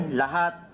lahat